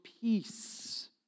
peace